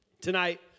tonight